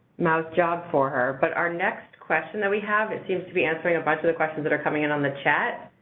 mao's job for her, but our next question that we have it seems to be answering a bunch of the questions that are coming in on the chat